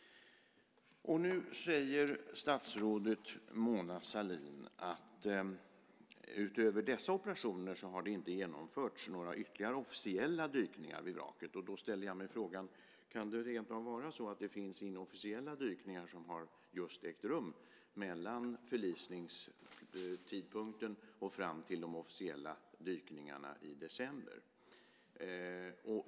Nu säger statsrådet Mona Sahlin att utöver dessa operationer har det inte genomförts några ytterligare officiella dykningar vid vraket. Då ställer jag mig frågan: Kan det rentav vara så att det finns inofficiella dykningar som har ägt rum mellan förlisningstidpunkten och de officiella dykningarna i december?